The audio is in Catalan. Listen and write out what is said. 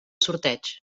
sorteig